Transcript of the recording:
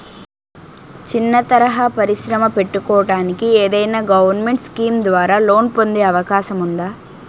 చిన్న తరహా పరిశ్రమ పెట్టుకోటానికి ఏదైనా గవర్నమెంట్ స్కీం ద్వారా లోన్ పొందే అవకాశం ఉందా?